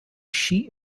sheet